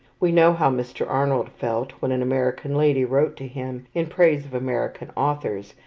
we know how mr. arnold felt when an american lady wrote to him, in praise of american authors,